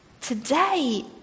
today